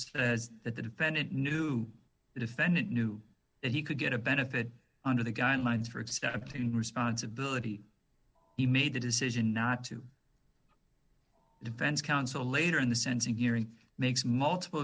that the defendant knew the defendant knew that he could get a benefit under the guidelines for accepting responsibility he made the decision not to defense counsel later in the sensing hearing makes multiple